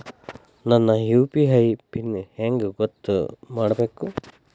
ನನ್ನ UPI PIN ಹೆಂಗ್ ಗೊತ್ತ ಮಾಡ್ಕೋಬೇಕು?